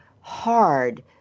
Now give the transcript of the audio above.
hard